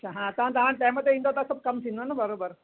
अच्छा हा त तव्हां टाइम ते ईंदव त सभु कमु थींदो न बराबरि